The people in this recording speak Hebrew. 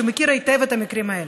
שמכיר היטב את המקרים האלה,